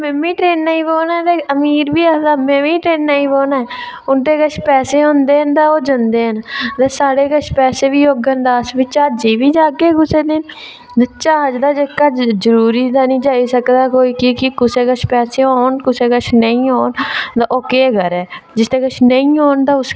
कि में बी ट्रेनें ई बौह्ना ते अमीर बी आखदा में बी ट्रेनें ई बौह्ना उं'दे कश पैसे होंदे न ते ओह् जंदे न ते साढ़े कश पैसे बी होङन ते अस फ्ही ज्हाजै बी जाह्गे कुसै दिन ते ज्हाज जेह्का जरूरी निं जाई सकदा कि के कुसै कश पैसे होन कुसै कश नेईं होन ते ओह् केह् करै जिसदे कश नेईं होन ते उस